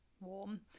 warm